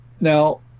Now